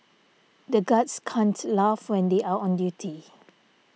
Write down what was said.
the guards can't laugh when they are on duty